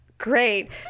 Great